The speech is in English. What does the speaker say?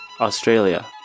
Australia